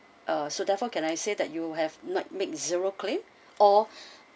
uh so therefore can I say that you have not make zero claim or